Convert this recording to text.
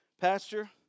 Pastor